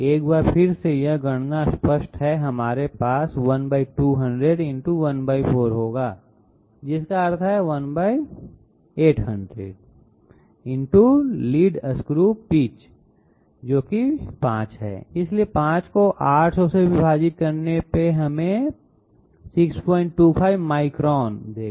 एक बार फिर से यह गणना स्पष्ट है हमारे पास 1200 × 14 होगा जिसका अर्थ है कि 1800 × लीड स्क्रू पिच है जो कि 5 है इसलिए 5 को 800 से विभाजित करने पर हमें 625 माइक्रोन देगा